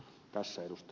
tässä ed